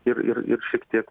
ir ir ir šiek tiek